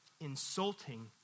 insulting